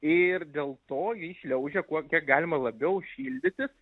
ir dėl to ji šliaužia kuo kiek galima labiau šildytis